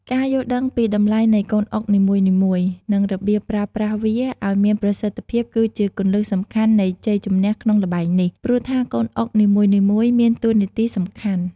ការយល់ដឹងពីតម្លៃនៃកូនអុកនីមួយៗ និងរបៀបប្រើប្រាស់វាឱ្យមានប្រសិទ្ធភាពគឺជាគន្លឹះសំខាន់នៃជ័យជម្នះក្នុងល្បែងនេះ ព្រោះថាកូនអុកនីមួយៗមានតួនាទីសំខាន់។